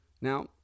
Now